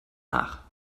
nach